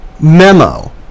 memo